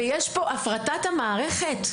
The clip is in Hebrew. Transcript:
ויש פה הפרטת מערכת.